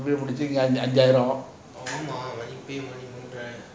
இப்பொவேய் முடிக்க அஞ்சி ஆயிடும்:ipovey mudika anji aayedum